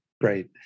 Great